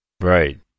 Right